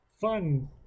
fun